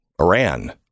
Iran